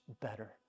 better